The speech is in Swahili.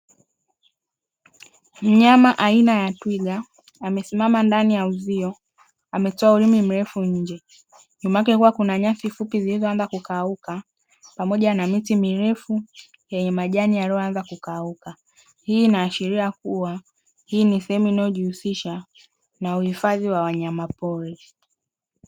Mnyama aina ya twiga amesimama ndani ya uzio ametoa ulimi nje nyuma yake kukiwa na nyasi fupi zilizoanza kukauka, pamoja na miti mirefu yenye majani yalioanza kukauka. Hii inaashiria kuwa hii ni sehemu inayojihisisha na uhifadhi wa hifadhi ya wanyapori.